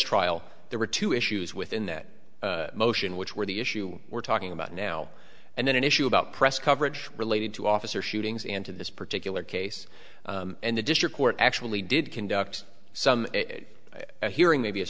trial there were two issues within that motion which were the issue we're talking about now and then an issue about press coverage related to officer shootings and to this particular case and the district court actually did conduct some hearing maybe a